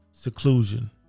seclusion